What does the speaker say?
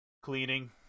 cleaning